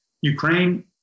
Ukraine